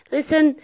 Listen